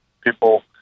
people